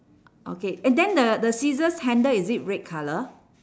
okay and then the the scissors handle is it red colour